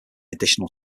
additional